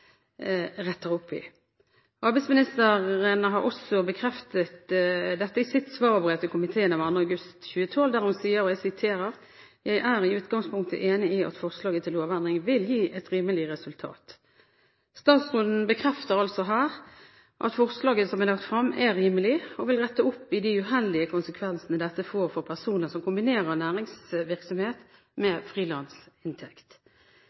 Arbeidsministeren har også bekreftet dette i sitt svarbrev til komiteen 2. august 2012, der hun sier: «Jeg er i utgangspunktet enig i at forslaget til lovendring vil gi et rimelig resultat.» Statsråden bekrefter altså her at forslaget som er lagt frem, er rimelig, og vil rette opp i de uheldige konsekvensene dette får for personer som kombinerer næringsvirksomhet